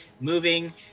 moving